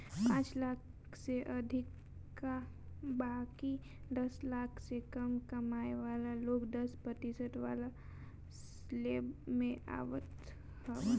पांच लाख से अधिका बाकी दस लाख से कम कमाए वाला लोग दस प्रतिशत वाला स्लेब में आवत हवन